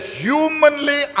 humanly